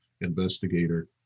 investigator